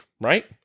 right